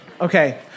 Okay